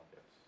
Yes